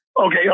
Okay